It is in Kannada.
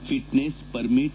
fitness permit